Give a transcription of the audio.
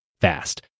fast